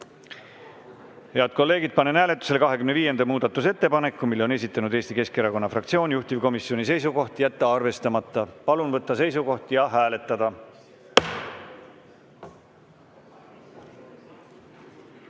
ja toetada. Panen hääletusele 51. muudatusettepaneku. Selle on esitanud Eesti Keskerakonna fraktsioon. Juhtivkomisjoni seisukoht on jätta arvestamata. Palun võtta seisukoht ja hääletada!